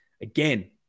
again